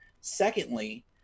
Secondly